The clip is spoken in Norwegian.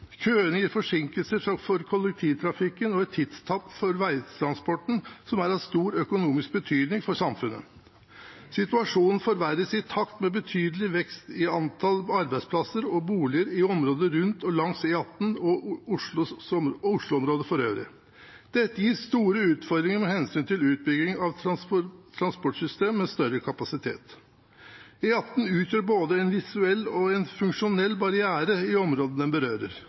Køene gir forsinkelser for kollektivtrafikken og et tidstap for vegtransporten som er av stor økonomisk betydning for samfunnet. Situasjonen forverres i takt med betydelig vekst i antall arbeidsplasser og boliger i området rundt og langs E18 og Oslo-området forøvrig. Dette gir store utfordringer med hensyn til utbygging av et transportsystem med større kapasitet. E18-korridoren utgjør både en visuell og en funksjonell barriere i områdene den berører,